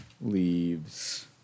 leaves